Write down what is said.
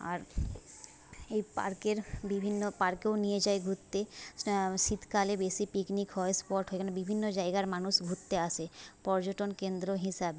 আর এই পার্কের বিভিন্ন পার্কেও নিয়ে যায় ঘুরতে শীতকালে বেশি পিকনিক হয় স্পট হয় এখানে বিভিন্ন জায়গার মানুষ ঘুরতে আসে পর্যটন কেন্দ্র হিসাবে